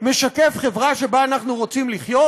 שמשקף חברה שבה אנחנו רוצים לחיות?